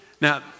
Now